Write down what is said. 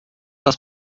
das